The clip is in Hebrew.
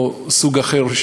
או סוג אחר,